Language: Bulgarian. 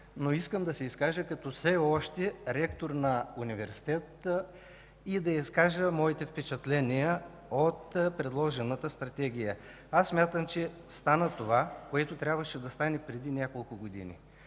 Искам да взема отношение като все още ректор на университет и да изкажа моите впечатления от предложената Стратегия. Смятам, че стана това, което трябваше да стане преди няколко години.